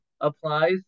applies